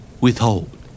Withhold